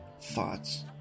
thoughts